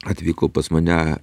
atvyko pas mane